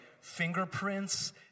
fingerprints